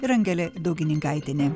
ir angelė daugininkaitienė